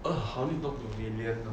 !huh! I only talk to vivian lah